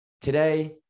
Today